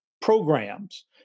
programs